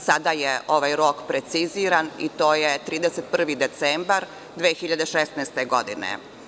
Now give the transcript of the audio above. Sada je ovaj rok preciziran i to je 31. decembar 2016. godine.